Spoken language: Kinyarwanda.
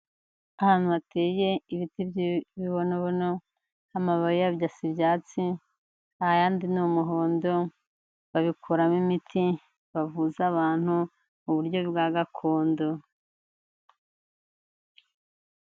Ahantu hateye ibiti by'ibibonobono, amababi yabyo asa ibyatsi, ayandi ni umuhondo, babikuramo imiti bavuza abantu, mu buryo bwa gakondo.